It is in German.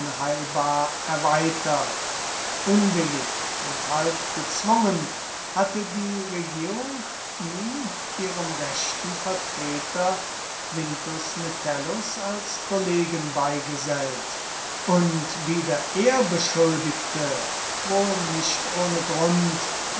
unheilbar erweitert unwillig und halb gezwungen hatte die regierung ihn ihrem rechten vertreter quintus metellus als kollegen beigesellt und wieder er beschuldigte wohl nicht ohne grund